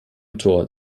tor